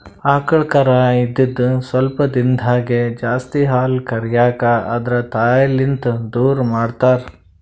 ಆಕಳ್ ಕರಾ ಇದ್ದಿದ್ ಸ್ವಲ್ಪ್ ದಿಂದಾಗೇ ಜಾಸ್ತಿ ಹಾಲ್ ಕರ್ಯಕ್ ಆದ್ರ ತಾಯಿಲಿಂತ್ ದೂರ್ ಮಾಡ್ತಾರ್